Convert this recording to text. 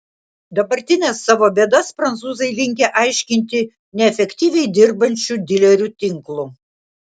dabartines savo bėdas prancūzai linkę aiškinti neefektyviai dirbančiu dilerių tinklu